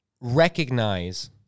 recognize